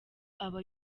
aba